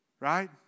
Right